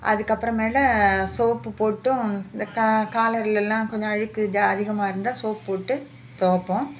அதற்கப்புறமேல soap போட்டும் இந்த கா காலரில் எல்லாம் கொஞ்சம் அழுக்கு ஜா அதிகமாக இருந்தால் சோப் போட்டு துவப்போம்